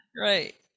Right